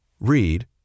read